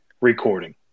recording